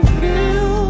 feel